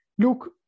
Look